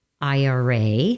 IRA